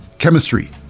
Chemistry